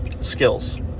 skills